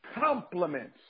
compliments